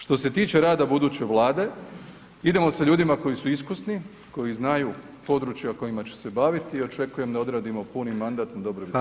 Što se tiče rada buduće vlade idemo sa ljudima koji su iskusni, koji znaju područja kojima će se baviti i očekujem da odradimo puni mandat na dobrobit RH.